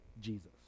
Jesus